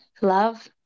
Love